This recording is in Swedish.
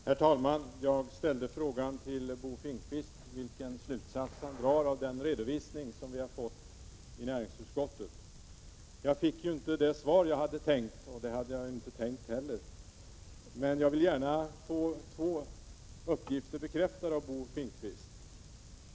Herr talman! Jag ställde frågan till Bo Finnkvist vilken slutsats han drar av den redovisning som vi har fått i näringsutskottet. Jag fick inte det svar jag hade tänkt mig — och det hade jag väl inte heller väntat mig — men jag vill gärna få två uppgifter bekräftade av Bo Finnkvist.